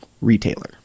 retailer